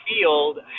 field